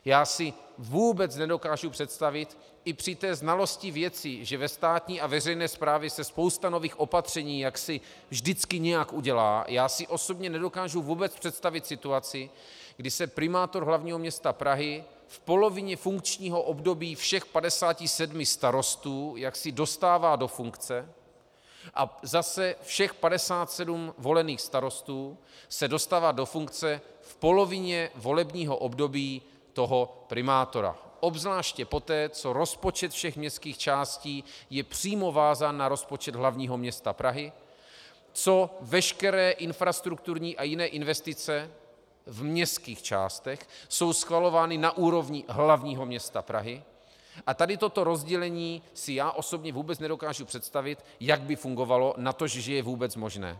Já si vůbec nedokážu představit i při té znalosti věci, že ve státní a veřejné správě se spousta nových opatření vždycky nějak udělá, já si osobně nedokážu vůbec představit situaci, kdy se primátor hl. m. Prahy v polovině funkčního období všech 57 starostů dostává do funkce a zase všech 57 volených starostů se dostává do funkce v polovině volebního období toho primátora, obzvláště poté, co rozpočet všech městských částí je přímo vázán na rozpočet hl. m. Prahy, co veškeré infrastrukturní a jiné investice v městských částech jsou schvalovány na úrovni hl. m. Prahy, a tady toto rozdělení si já osobně vůbec nedokážu představit, jak by fungovalo, natož že je vůbec možné.